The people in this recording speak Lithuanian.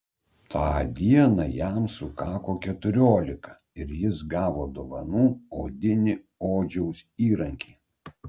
tą dieną jam sukako keturiolika ir jis gavo dovanų odinį odžiaus įrankį